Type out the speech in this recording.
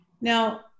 Now